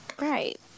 right